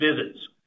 visits